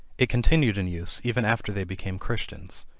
it continued in use, even after they became christians.